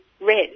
red